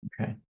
Okay